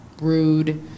rude